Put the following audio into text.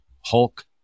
Hulk